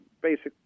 basic